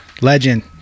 legend